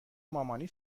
مامانی